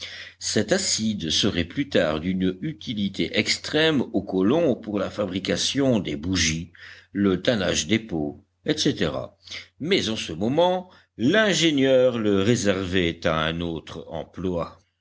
cet acide serait plus tard d'une utilité extrême aux colons pour la fabrication des bougies le tannage des peaux etc mais en ce moment l'ingénieur le réservait à un autre emploi